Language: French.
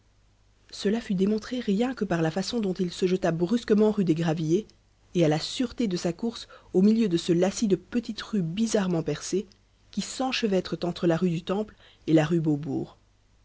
cela fut démontré rien que par la façon dont il se jeta brusquement rue des gravilliers et à la sûreté de sa course au milieu de ce lacis de petites rues bizarrement percées qui s'enchevêtrent entre la rue du temple et la rue beaubourg